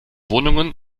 wohnungen